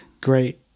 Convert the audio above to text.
great